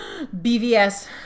BVS